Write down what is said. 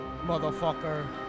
motherfucker